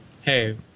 hey